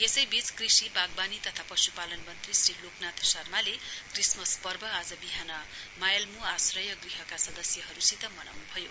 यसैबीच कृषि एवं बागवानी तथा पशुपालन मन्त्री श्री लोकनाथ शर्माले क्रिसमस पर्व आज बिहान मायेलमू आश्रय गृहका सदस्यहरूसित मनाउनुभयो